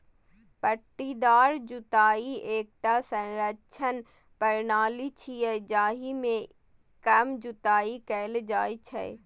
पट्टीदार जुताइ एकटा संरक्षण प्रणाली छियै, जाहि मे कम जुताइ कैल जाइ छै